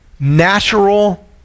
Natural